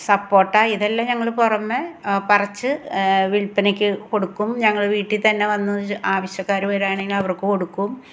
സപ്പോട്ട ഇതെല്ലാം ഞങ്ങൾ പുറമെ പറിച്ച് വിൽപ്പനയ്ക്ക് കൊടുക്കും ഞങ്ങൾ വീട്ടിൽ തന്നെ വന്ന് ആവിശ്യക്കാർ വരിക ആണെങ്കിൽ അവർക്ക് കൊടുക്കും